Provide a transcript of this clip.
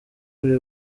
kuri